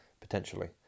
potentially